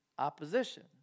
Opposition